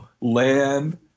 land